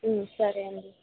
సరే అండి